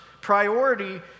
priority